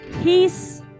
peace